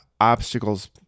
obstacles